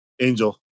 Angel